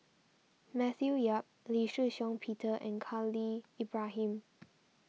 Matthew Yap Lee Shih Shiong Peter and Khalil Ibrahim